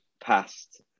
past